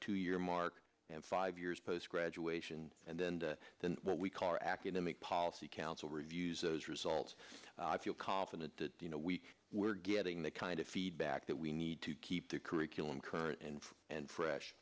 two year mark and five years post graduation and then the what we call our academic policy council reviews those results i feel confident that you know we were getting the kind of feedback that we need to keep the curriculum current and and fresh